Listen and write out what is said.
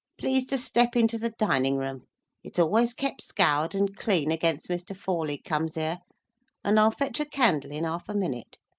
please to step into the dining room it's always kep scoured and clean against mr. forley comes here and i'll fetch a candle in half a minute.